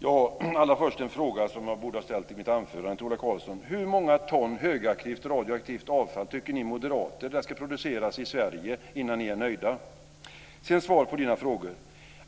Fru talman! Allra först har jag en fråga jag borde ha ställt i mitt anförande till Ola Karlsson. Hur många ton högaktivt radioaktivt avfall tycker ni moderater ska produceras i Sverige innan ni är nöjda? Sedan till svaren på Ola Karlssons